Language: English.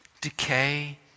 decay